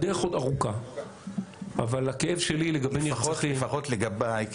הדרך עוד ארוכה אבל הכאב שלי לגבי נרצחים --- לפחות לגביי כי